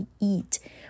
eat